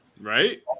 right